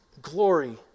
glory